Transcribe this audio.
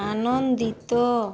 ଆନନ୍ଦିତ